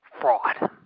fraud